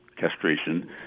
castration